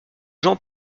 jean